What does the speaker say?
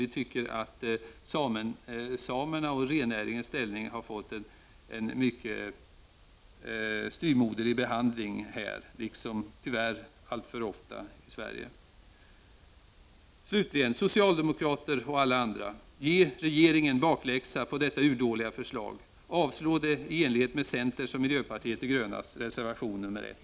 Vi tycker att samernas och rennäringens ställning här har fått en mycket styvmoderlig behandling liksom, tyvärr, alltför ofta i Sverige. Socialdemokrater och alla andra, ge regeringen bakläxa på detta urdåliga förslag! Avslå det i enlighet med centerns och miljöpartiet de grönas reservation nr 1!